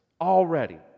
already